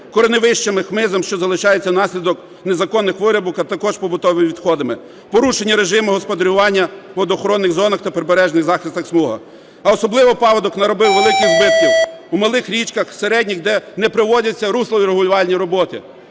кореневищами, хмизом, що залишаються унаслідок незаконних вирубок, а також побутовими відходами, порушення режиму господарювання у водоохоронних зонах та прибережних захисних смугах. А особливо паводок наробив великих збитків у малих річках, середніх, де не проводяться руслові регулювальні роботи.